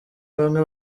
bamwe